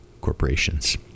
corporations